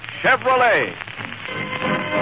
Chevrolet